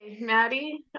Maddie